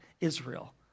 Israel